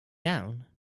down